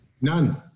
None